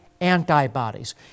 antibodies